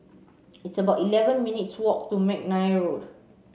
it's about eleven minutes' walk to McNair Road